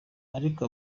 ariko